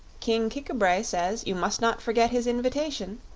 king kik-a-bray says you must not forget his invitation,